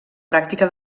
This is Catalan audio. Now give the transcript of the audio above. pràctica